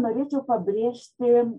norėčiau pabrėžti